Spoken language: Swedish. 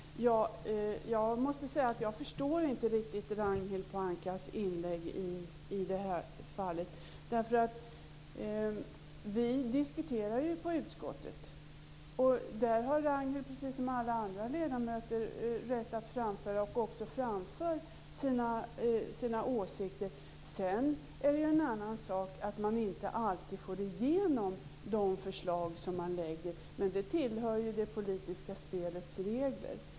Herr talman! Jag måste säga att jag inte riktigt förstår Ragnhild Pohankas inlägg i det här fallet. Vi diskuterar frågorna i utskottet. Där har Ragnhild Pohanka precis som alla andra ledamöter rätt att framföra och också framfört sina åsikter. Sedan är det en annan sak att man inte alltid får igenom de förslag man lägger fram. Men det tillhör det politiska spelets regler.